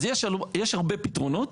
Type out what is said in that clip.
אז יש לנו, יש הרבה פתרונות.